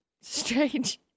Strange